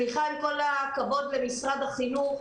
עם כל הכבוד למשרד החינוך,